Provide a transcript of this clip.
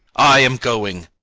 i am going.